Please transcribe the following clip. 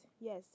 yes